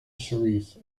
sharif